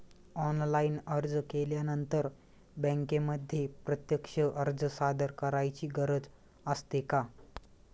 Online अर्ज केल्यानंतर बँकेमध्ये प्रत्यक्ष अर्ज सादर करायची गरज असते का?